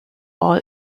all